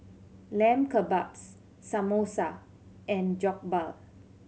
Lamb Kebabs Samosa and Jokbal